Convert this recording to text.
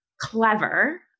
clever